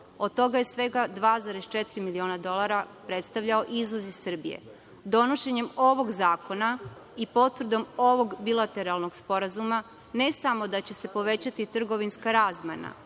od toga je svega 2,4 miliona dolara predstavljao izvoz iz Srbije. Donošenjem ovog zakona i potvrdom ovog bilateralnog sporazuma ne samo da će se povećati trgovinska razmena